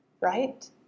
right